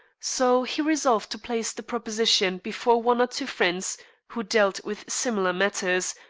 so he resolved to place the proposition before one or two friends who dealt with similar matters,